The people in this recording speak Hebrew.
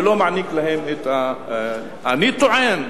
ולא מעניק להם את, אני טוען,